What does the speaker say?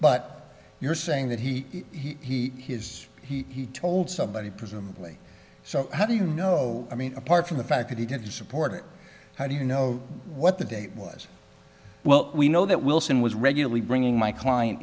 but you're saying that he has he told somebody presumably so how do you know i mean apart from the fact that he did support how do you know what the day was well we know that wilson was regularly bringing my client